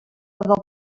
del